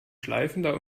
schleifender